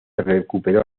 recuperó